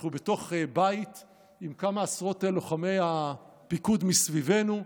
אנחנו בתוך בית עם כמה עשרות לוחמי הפיקוד מסביבנו,